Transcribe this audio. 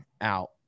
out